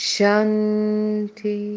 Shanti